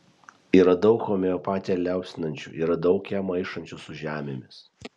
yra daug homeopatiją liaupsinančių yra daug ją maišančių su žemėmis